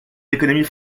l’économie